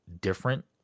different